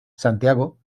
santiago